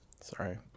Sorry